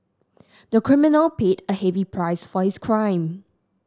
the criminal paid a heavy price for his crime